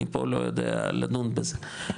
אני פה לא יודע לדון בזה,